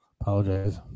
Apologize